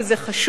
כי זה חשוב,